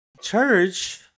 Church